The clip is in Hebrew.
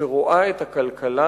שרואה את הכלכלה